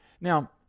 Now